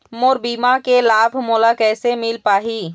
मोर बीमा के लाभ मोला कैसे मिल पाही?